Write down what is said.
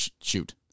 shoot